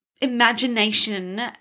imagination